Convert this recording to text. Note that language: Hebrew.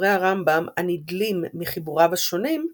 דברי הרמב"ם, הנדלים מחיבוריו השונים,